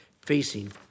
facing